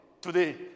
today